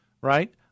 right